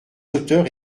auteurs